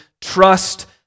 trust